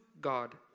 God